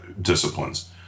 disciplines